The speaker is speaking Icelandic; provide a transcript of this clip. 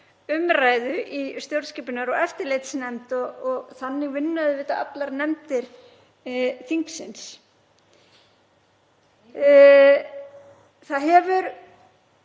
umræðu í stjórnskipunar- og eftirlitsnefnd og þannig vinna auðvitað allar nefndir þingsins. Það hefur